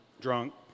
drunk